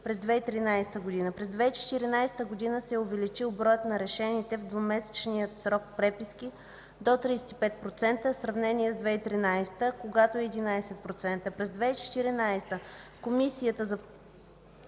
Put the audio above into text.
през 2013 г. През 2014 г. се е увеличил броят на решените в двумесечния срок преписки до 35%, в сравнение с 2013 г., когато е 11%. През 2014 г. Комисията е